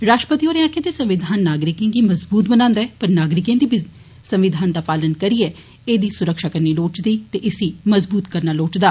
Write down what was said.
राष्ट्रपति होरें आक्खेआ जे संविधान नागरिकें गी मज़बूत बनान्दा ऐ पर नागरिकें गी बी संविधान दा पालन करियै ऐह्दी सुरक्षा करनी लोड़चदी ते इसी मजबूत करना लोड़चदा